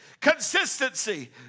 consistency